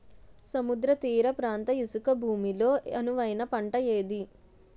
సముద్ర తీర ప్రాంత ఇసుక భూమి లో అనువైన పంట ఏది?